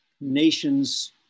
nations